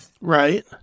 Right